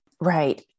Right